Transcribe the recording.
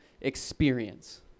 experience